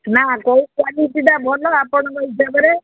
ନା କେଉଁ କ୍ଵାଲିଟିଟା ଭଲ ଆପଣଙ୍କ ହିସାବରେ